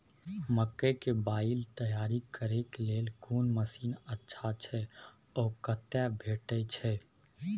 मकई के बाईल तैयारी करे के लेल कोन मसीन अच्छा छै ओ कतय भेटय छै